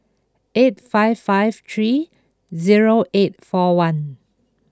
eight five five three zero eight four one